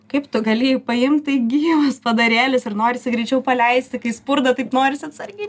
kaip tu gali jį paimt tai gyvas padarėlis ir norisi greičiau paleisti kai spurda taip norisi atsargiai